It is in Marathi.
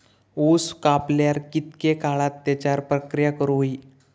ऊस कापल्यार कितके काळात त्याच्यार प्रक्रिया करू होई?